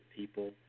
people